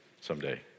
someday